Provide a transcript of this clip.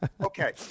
Okay